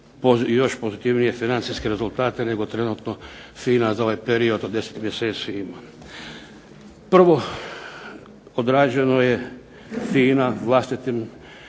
još pozitivnije financijske rezultate nego trenutno FINA za ovaj period od 10 mjeseci ima. Prvo, odrađeno je FINA vlastitim